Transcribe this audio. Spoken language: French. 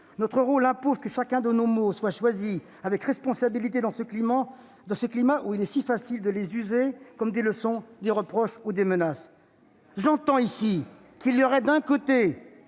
Notre rôle impose que chacun de nos mots soit choisi avec responsabilité, dans ce climat où il est si facile de les user comme des leçons, des reproches ou des menaces. J'entends qu'il y aurait d'un côté,